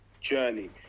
journey